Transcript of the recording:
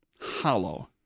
hollow